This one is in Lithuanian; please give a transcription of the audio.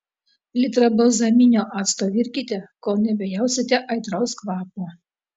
litrą balzaminio acto virkite kol nebejausite aitraus kvapo